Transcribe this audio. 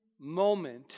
moment